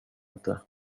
inte